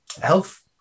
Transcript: health